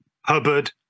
Hubbard